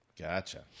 Gotcha